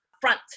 front